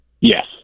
Yes